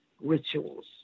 rituals